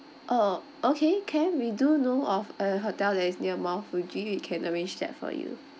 uh okay can we do know of a hotel that is near mount fuji we can arrange that for you